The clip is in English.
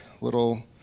little